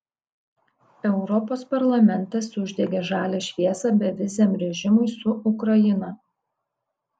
europos parlamentas uždegė žalią šviesą beviziam režimui su ukraina